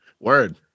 Word